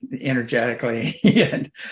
energetically